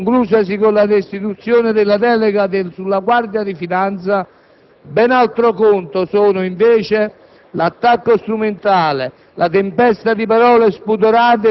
Abbiamo ascoltato ieri su tutti i telegiornali le irresponsabili dichiarazioni del capo dell'opposizione (che si è visto poi costretto a ridimensionare),